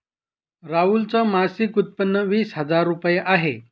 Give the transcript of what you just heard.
राहुल च मासिक उत्पन्न वीस हजार रुपये आहे